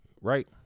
right